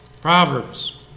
Proverbs